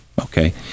okay